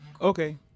Okay